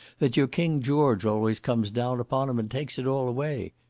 that your king george always comes down upon em, and takes it all away.